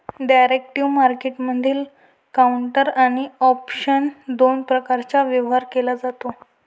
derivative मार्केटमधील counter आणि option दोन प्रकारे व्यापार केला जातो